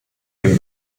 den